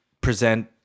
present